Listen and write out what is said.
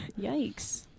Yikes